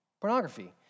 Pornography